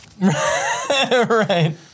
Right